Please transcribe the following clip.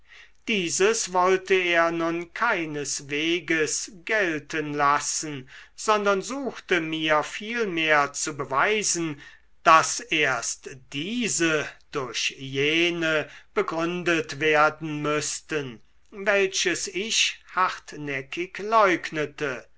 dieses wollte er nun keinesweges gelten lassen sondern suchte mir vielmehr zu beweisen daß erst diese durch jene begründet werden müßten welches ich hartnäckig leugnete